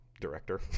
Director